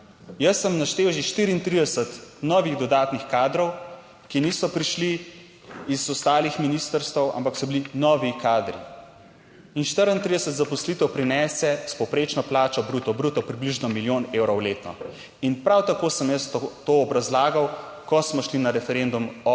Jaz sem naštel že 34 novih dodatnih kadrov, ki niso prišli iz ostalih ministrstev. Ampak so bili novi kadri in 34 zaposlitev prinese s povprečno plačo bruto bruto približno milijon evrov letno, in prav tako sem jaz to obrazlagal, ko smo šli na referendum o